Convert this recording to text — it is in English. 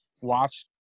watch